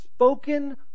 Spoken